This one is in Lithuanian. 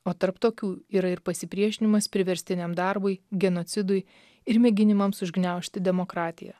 o tarp tokių yra ir pasipriešinimas priverstiniam darbui genocidui ir mėginimams užgniaužti demokratiją